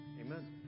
Amen